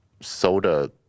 soda